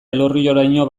elorrioraino